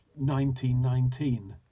1919